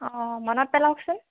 অঁ মনত পেলাওকচোন